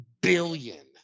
billion